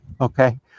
okay